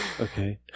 okay